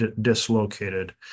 dislocated